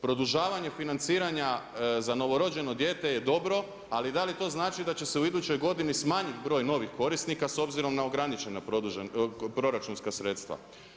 Produžavanje financiranja za novorođeno dijete je dobro, ali da li to znači da će u idućoj godini smanjiti broj novih korisnika s obzirom na ograničena proračunska sredstva?